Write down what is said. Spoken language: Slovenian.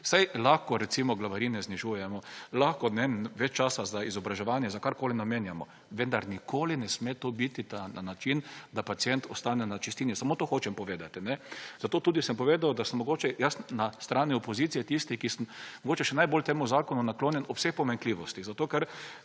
Saj lahko, recimo, glavarine znižujemo, lahko, ne vem, več časa za izobraževanje, za karkoli, namenjamo, vendar nikoli ne sme to biti na način, da pacient ostane na čistini. Samo to hočem povedati. Zato tudi sem povedal, da sem mogoče jaz na strani opozicije tisti, ki sem mogoče še najbolj temu zakonu naklonjen ob vseh pomanjkljivostih. Zato, ker